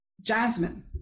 Jasmine